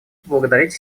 поблагодарить